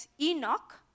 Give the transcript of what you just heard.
enoch